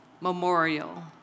memorial